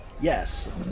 Yes